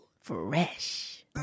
Fresh